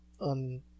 on